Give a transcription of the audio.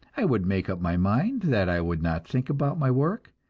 i would make up my mind that i would not think about my work,